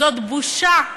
זאת בושה,